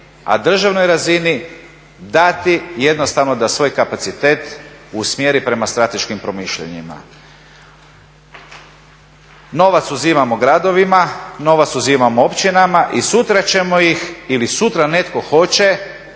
a državnoj razini dati jednostavno da svoj kapacitet usmjeri prema strateškim promišljanjima. Novac uzimamo gradovima, novac uzimamo općinama i sutra ćemo ih ili sutra netko hoće